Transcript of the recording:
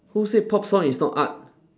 who said pop song is not art